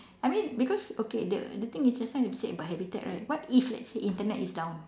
I mean because okay the the thing is just now you said about habitat right what if let's say Internet is down